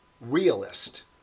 realist